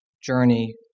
journey